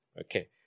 Okay